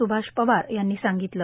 स्भाष पवार यांनी सांगितलं